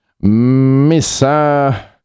missa